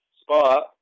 spot